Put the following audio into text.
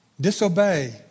Disobey